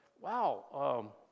wow